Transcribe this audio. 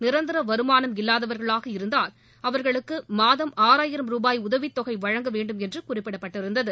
நிரந்தர வருமானம் இல்லாதவர்களாக இருந்தால் அவர்களுக்கு மாதம் ஆறாயிரம் ரூபாய் உதவித்தொகை வழங்க வேண்டுமென்று குறிப்பிடப்பட்ட ருந்தது